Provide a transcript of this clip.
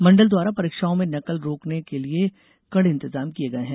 मण्डल द्वारा परीक्षाओं में नकल को रोकने के लिए कड़े इंतजाम किये हैं